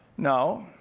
now,